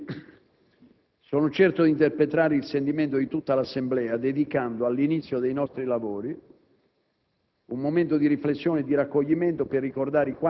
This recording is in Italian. Onorevoli colleghi, sono certo di interpretare il sentimento di tutta l'Assemblea dedicando, all'inizio dei nostri lavori,